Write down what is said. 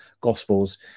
Gospels